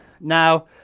Now